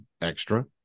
extra